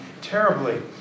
terribly